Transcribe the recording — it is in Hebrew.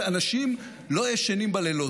ישראל, מה יקרה ביום שאחרי?